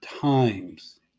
times